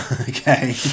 Okay